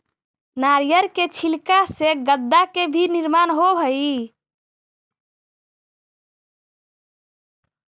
नारियर के छिलका से गद्दा के भी निर्माण होवऽ हई